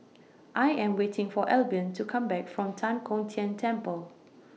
I Am waiting For Albion to Come Back from Tan Kong Tian Temple